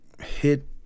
hit